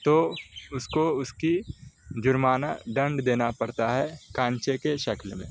تو اس کو اس کی جرمانہ ڈنڈ دینا پڑتا ہے کانچے کے شکل میں